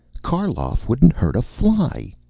karloff wouldn't hurt a fly.